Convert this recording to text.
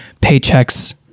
paychecks